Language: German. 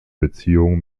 beziehung